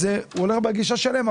אז הוא הולך בגישה שלהם,